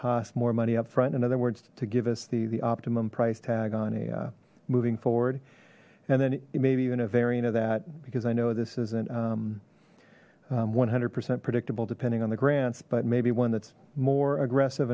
cost more money up front in other words to give us the the optimum price tag on a moving forward and then maybe even a variant of that because i know this isn't one hundred percent predictable depending on the grants but maybe one that's more aggressive